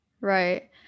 Right